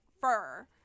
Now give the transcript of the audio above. fur